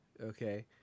Okay